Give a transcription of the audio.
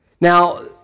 Now